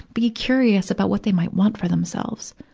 be curious about what they might want for themselves.